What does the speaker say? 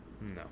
No